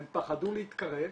הם פחדו להתקרב,